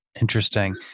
Interesting